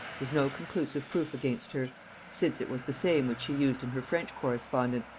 was no conclusive proof against her since it was the same which she used in her french correspondence,